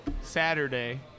Saturday